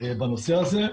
בנושא הזה.